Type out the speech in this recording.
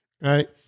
right